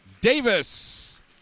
Davis